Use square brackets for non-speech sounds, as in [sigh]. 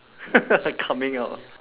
[laughs] coming out ah